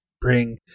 bring